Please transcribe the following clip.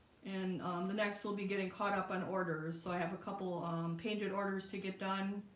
and on the next we'll be getting caught up on orders so i have a couple of painted orders to get done